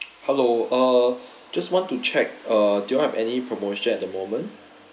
hello uh just want to check uh do you all have any promotion at the moment